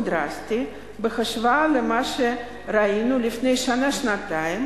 דרסטי בהשוואה למה שראינו לפני שנה-שנתיים,